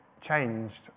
changed